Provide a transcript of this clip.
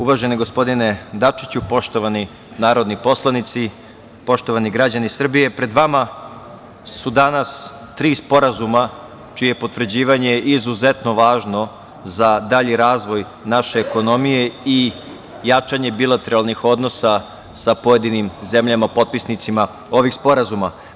Uvaženi gospodine Dačiću, poštovani narodni poslanici, poštovani građani Srbije, pred vama su danas tri sporazuma čije potvrđivanje je izuzetno važno za dalji razvoj naše ekonomije i jačanje bilateralnih odnosa sa pojedinim zemljama, potpisnicima ovih sporazuma.